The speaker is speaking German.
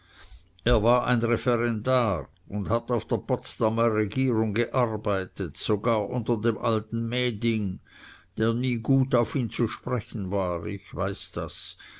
er war ein referendar und hat auf der potsdamer regierung gearbeitet sogar unter dem alten meding der nie gut auf ihn zu sprechen war ich weiß das